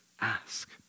Ask